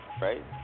Right